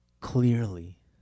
clearly